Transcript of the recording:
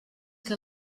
que